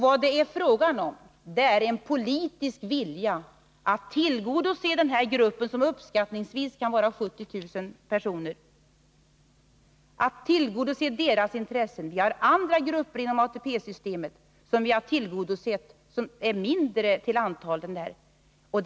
Vad det är fråga om är politisk vilja att tillgodose den här gruppens, uppskattningsvis 70 000 personer, intressen. Det finns andra grupper inom ATP-systemet som vi har tillgodosett och som består av ett mindre antal personer än denna.